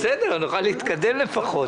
בסדר, נוכל להתקדם לפחות.